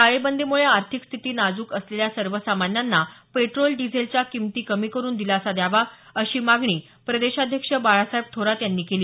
टाळेबंदीमुळे आर्थिक स्थिती नाजुक असलेल्या सर्वसामान्यांना पेट्रोल डिझेलच्या किमती कमी करून दिलासा द्यावा अशी मागणी प्रदेशाध्यक्ष बाळासाहेब थोरात यांनी केली